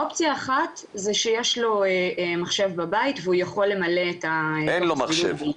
אופציה אחת זה שיש לו מחשב בבית והוא יכול למלא את ה- -- אין לו מחשב.